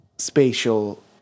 spatial